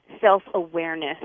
self-awareness